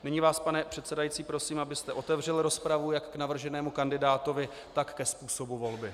Nyní vás, pane předsedající, prosím, abyste otevřel rozpravu jak k navrženému kandidátovi, tak ke způsobu volby.